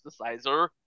synthesizer